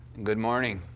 good morning,